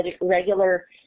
regular